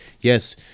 Yes